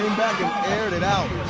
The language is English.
back and aired it out.